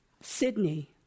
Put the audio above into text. Sydney